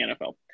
NFL